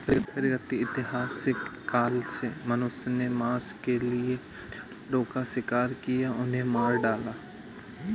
प्रागैतिहासिक काल से मनुष्य ने मांस के लिए जानवरों का शिकार किया, उन्हें मार डाला